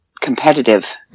competitive